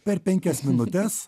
per penkias minutes